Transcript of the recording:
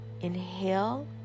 inhale